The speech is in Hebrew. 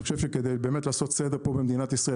אני חושב שכדי באמת לעשות סדר פה במדינת ישראל,